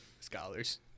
Scholars